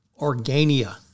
Organia